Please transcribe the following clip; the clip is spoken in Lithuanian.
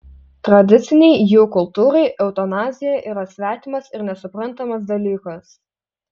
tradicinei jų kultūrai eutanazija yra svetimas ir nesuprantamas dalykas